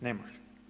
Ne može.